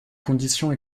conditions